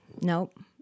Nope